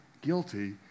guilty